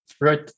Right